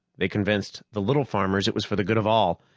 they convinced the little farmers it was for the good of all,